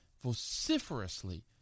vociferously